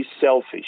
selfish